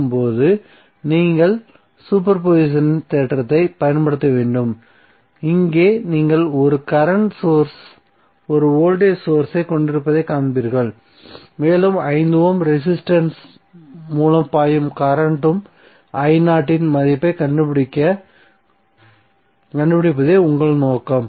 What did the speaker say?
இப்போது நீங்கள் superposition தேற்றத்தைப் பயன்படுத்த வேண்டும் இங்கே நீங்கள் 1 கரண்ட் சோர்ஸ் 1 வோல்டேஜ் சோர்ஸ் ஐ கொண்டிருப்பதைக் காண்பீர்கள் மேலும் 5 ஓம் ரெசிஸ்டன்ஸ் இன் மூலம் பாயும் கரண்ட்ம் i0 இன் மதிப்பைக் கண்டுபிடிப்பதே உங்கள் நோக்கம்